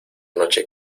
noche